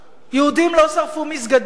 יהודים לא שרפו מסגדים.